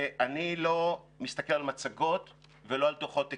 ואני לא מסתכל על מצגות ולא על דוחות אקסל.